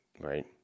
Right